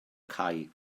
cae